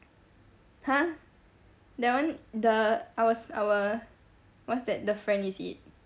!huh! that [one] the our s~ our what's that the friend is it